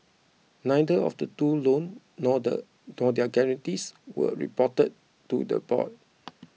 neither of the two loan nor the nor their guarantees were reported to the board